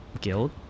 guild